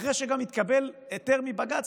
אחרי שגם התקבל היתר מבג"ץ,